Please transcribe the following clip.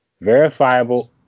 verifiable